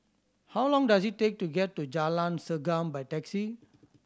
how long does it take to get to Jalan Segam by taxi